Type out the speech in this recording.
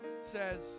says